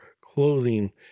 clothing